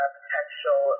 potential